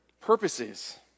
purposes